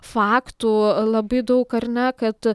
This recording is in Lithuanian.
faktų labai daug ar ne kad